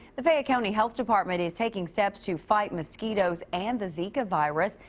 the fayette county health department is taking steps to fight mosquitoes. and the zika virus.